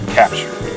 captured